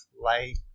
light